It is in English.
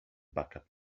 backup